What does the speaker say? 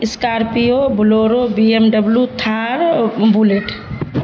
Scorpio Bolero B M W Thar اور Bullet